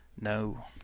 No